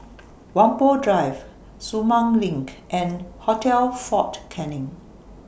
Whampoa Drive Sumang LINK and Hotel Fort Canning